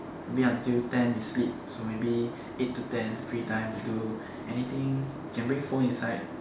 maybe until ten you sleep so maybe eight to ten free time to do anything can bring phone inside